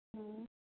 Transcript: ह